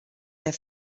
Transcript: der